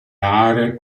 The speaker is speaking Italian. aree